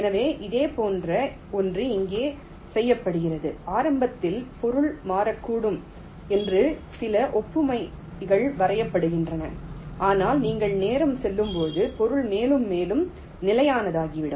எனவே இதேபோன்ற ஒன்று இங்கே செய்யப்படுகிறது ஆரம்பத்தில் பொருள் மாறக்கூடும் என்று சில ஒப்புமைகள் வரையப்படுகின்றன ஆனால் நீங்கள் நேரம் செல்லும்போது பொருள் மேலும் மேலும் நிலையானதாகிவிடும்